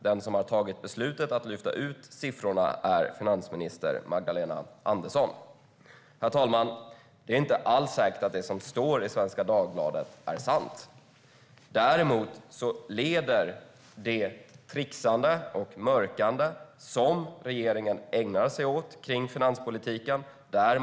Den som har tagit beslutet att lyfta ur siffrorna är finansminister Magdalena Andersson." Det är inte alls säkert att det som står i Svenska Dagbladet är sant. Däremot leder det trixande och mörkande som regeringen ägnar sig åt när det gäller finanspolitiken till spekulationer.